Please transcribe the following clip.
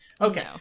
Okay